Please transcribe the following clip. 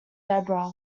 deborah